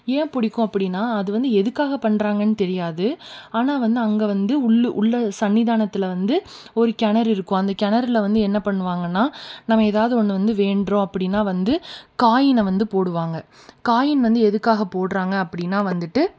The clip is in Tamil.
ஏன் பிடிக்கும் அப்படினா அது வந்து எதுக்காக பண்ணுறாங்கன் தெரியாது ஆனால் வந்து அங்கே வந்து உள்ளு உள்ள சன்னிதானத்தில் வந்து ஒரு கிணறு இருக்கும் அந்த கிணறுல வந்து என்ன பண்ணுவாங்கனால் நம்ம ஏதாவது ஒன்று வந்து வேண்டுறோம் அப்படினா வந்து காயினை வந்து போடுவாங்க காயின் வந்து எதுக்காக போடுறாங்க அப்படினா வந்துவிட்டு